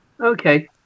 Okay